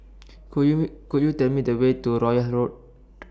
Could YOU Could YOU Tell Me The Way to Royal Road